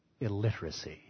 illiteracy